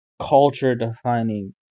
culture-defining